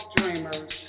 dreamers